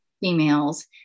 females